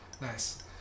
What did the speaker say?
nice